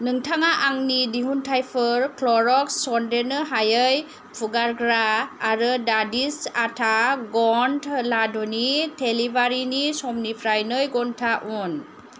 नोंथाङा आंनि दिहुनथाइफोर क्ल'र'क्स सन्देरनो हायै फुगारग्रा आरो डादिसआटा ग'न्ड लादुनि डेलिबारिनि समनिफ्राय नै घन्टा उन